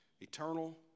eternal